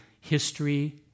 history